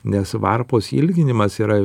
nes varpos ilginimas yra